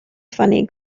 funny